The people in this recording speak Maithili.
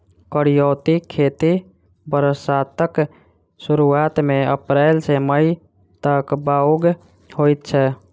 करियौती खेती बरसातक सुरुआत मे अप्रैल सँ मई तक बाउग होइ छै